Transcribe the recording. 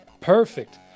Perfect